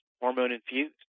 hormone-infused